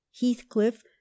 Heathcliff